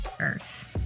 earth